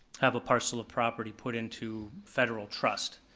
have a parcel of property put into federal trust,